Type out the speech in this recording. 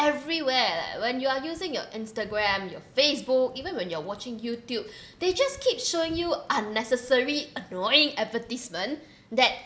everywhere like when you are using your Instagram your Facebook even when you're watching Youtube they just keep showing you unnecessary annoying advertisement that